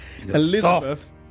Elizabeth